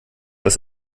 das